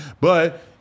but-